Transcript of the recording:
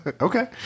okay